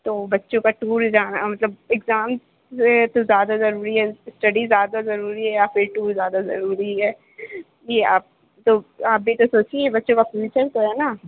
تو بچوں کا ٹور جانا مطلب اگزام یہ تو زیادہ ضروری ہے اسٹڈی زیادہ ضروری ہے یا پھر ٹور زیادہ ضروری ہے یہ آپ تو آپ بھی تو سوچیے بچوں کا فیوچر جو ہے نا